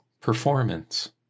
Performance